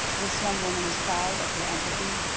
this young woman is proud of her empathy,